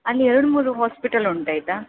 ಅಲ್ಲಿ ಎರಡ್ಮೂರು ಹಾಸ್ಪಿಟಲ್ ಉಂಟು ಆಯಿತಾ